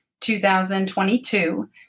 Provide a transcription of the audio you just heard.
2022